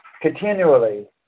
continually